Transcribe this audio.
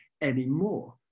anymore